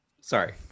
Sorry